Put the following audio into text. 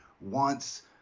wants